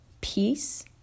peace